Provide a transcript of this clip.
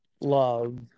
love